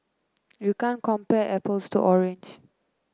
you can't compare apples to orange